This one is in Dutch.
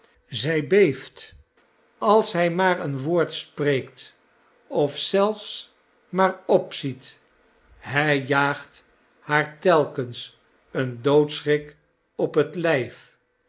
zij beeft als hij maar een woord spreekt of zelfs maar opziet hij jaagt haar telkens een doodschrik op het lijf